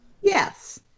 Yes